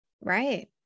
Right